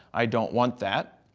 i don't want that.